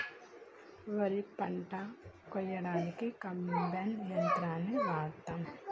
వరి పంట కోయడానికి కంబైన్ యంత్రాలని వాడతాం